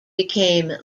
became